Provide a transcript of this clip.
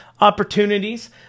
opportunities